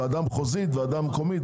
ועדה מחוזית, מקומית?